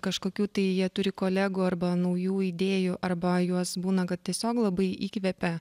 kažkokių tai jie turi kolegų arba naujų idėjų arba juos būna kad tiesiog labai įkvepia